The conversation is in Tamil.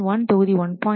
1 தொகுதி 1